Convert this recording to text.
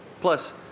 Plus